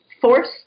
force